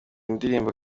ndirimbo